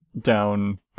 down